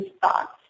thoughts